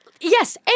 Yes